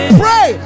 pray